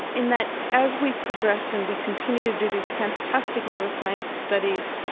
in that as we progress and we continue to do these fantastic neuroscience studies,